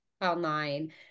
online